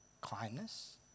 kindness